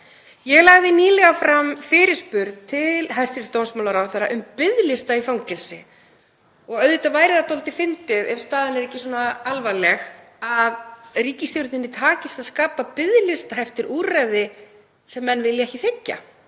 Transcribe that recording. Ég lagði nýlega fram fyrirspurn til hæstv. dómsmálaráðherra um biðlista í fangelsi. Auðvitað væri það dálítið fyndið ef staðan væri ekki svona alvarleg, að ríkisstjórninni takist að skapa biðlista eftir úrræði sem menn vilja ekki þiggja.